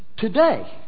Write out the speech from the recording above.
Today